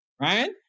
right